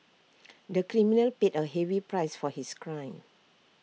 the criminal paid A heavy price for his crime